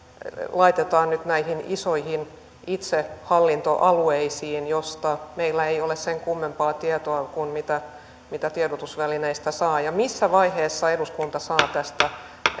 laitetaan nyt näihin isoihin itsehallintoalueisiin joista meillä ei ole sen kummempaa tietoa kuin mitä mitä tiedotusvälineistä saa missä vaiheessa eduskunta saa tästä